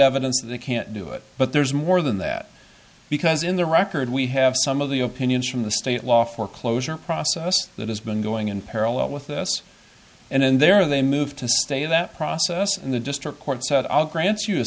evidence they can't do it but there's more than that because in their record we have some of the opinions from the state law foreclosure process that has been going in parallel with us and there they move to stay that process in the district court set out grants you